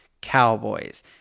Cowboys